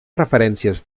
referències